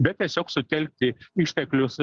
bet tiesiog sutelkti išteklius